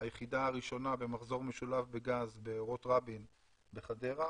היחידה הראשונה במחזור משולב בגז בארות רבין בחדרה,